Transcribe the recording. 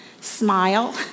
smile